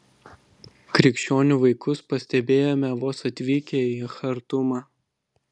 krikščionių vaikus pastebėjome vos atvykę į chartumą